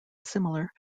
similar